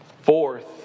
Fourth